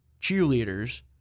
cheerleaders